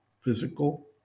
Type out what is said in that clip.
physical